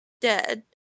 dead